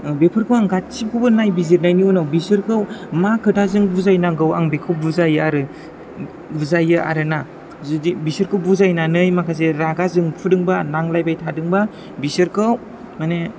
बेफोरखौ आं गासैखौबो नायबिजिरनायनि उनाव बिसोरखौ मा खोथाजों बुजायनांगौ आं बिखौ बुजायो आरो बुजायो आरो ना जुदि बिसोरखौ बुजायनानै माखासे रागा जोंफुदोंबा नांलायबाय थादोंबा बिसोरखौ माने